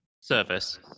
service